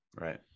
Right